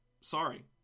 sorry